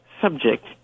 subject